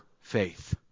faith